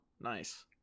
Nice